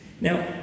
Now